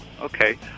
Okay